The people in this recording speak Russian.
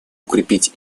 укрепить